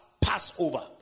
Passover